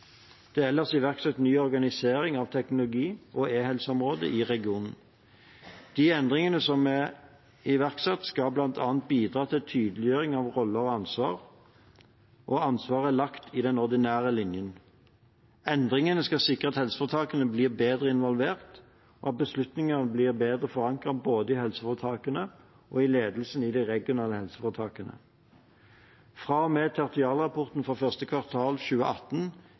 Det er ellers iverksatt ny organisering av teknologiområdet og e-helseområdet i regionen. De endringene som er iverksatt, skal bl.a. bidra til tydeliggjøring av roller og ansvar, og ansvaret er lagt i den ordinære linjen. Endringene skal sikre at helseforetakene blir bedre involvert, og at beslutninger blir bedre forankret både i helseforetakene og i ledelsen i de regionale helseforetakene. Fra og med tertialrapporten for 1. kvartal 2018